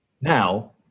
now